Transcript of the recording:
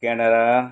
Canada